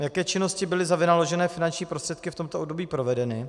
A jaké činnosti byly za vynaložené finanční prostředky v tomto období provedeny?